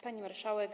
Pani Marszałek!